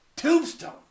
Tombstone